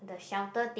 the shelter thing